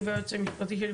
אני והיועצת המשפטית,